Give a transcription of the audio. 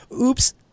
Oops